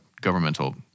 governmental